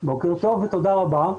בוקר טוב ותודה רבה.